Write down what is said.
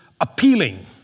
appealing